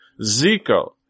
Zico